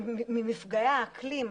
ממפגעי האקלים,